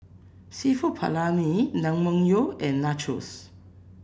seafood Paella Naengmyeon and Nachos